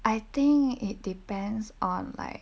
I think it depends on like